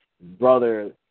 brother